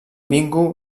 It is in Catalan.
bingo